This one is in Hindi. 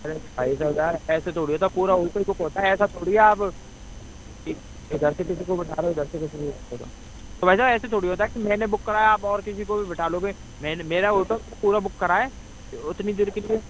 अरे भाई साहब यार ऐसे थोड़ी होता है पूरा ओटो ही बुक होता है ऐसा थोड़ी आप कि इधर से किसी को बैठा रहे हो इधर से किसी को तो भाई साब ऐसे थोड़ी होता है कि मैंने बुक कराया आप और किसी को भी बैठा लोगे मैंने मेरा ओटो पूरा बुक करा है उतनी देर के लिए